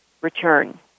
return